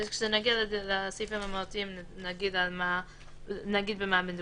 שנעשות יד ביד עם משרד הבריאות חזרו והבהירו משבוע לשבוע בהתאם